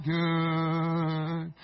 good